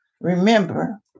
Remember